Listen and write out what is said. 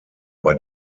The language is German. bei